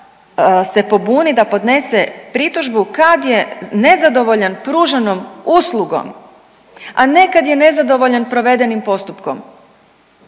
Da se pobuni, da podnese pritužbu kad je nezadovoljan pruženom uslugom, a ne kad je nezadovoljan provedenim postupkom,